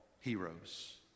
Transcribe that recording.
heroes